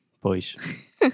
Pois